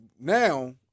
now